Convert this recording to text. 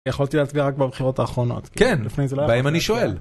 יכולתי להצביע רק בבחירות האחרונות. לפני זה לא יכולתי להצביע. כן, בהן אני שואל.